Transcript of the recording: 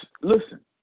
listen